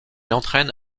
entraîne